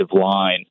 line